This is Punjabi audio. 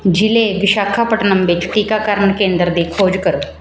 ਜ਼ਿਲ੍ਹੇ ਵਿਸ਼ਾਖਾਪਟਨਮ ਵਿੱਚ ਟੀਕਾਕਰਨ ਕੇਂਦਰ ਦੀ ਖੋਜ ਕਰੋ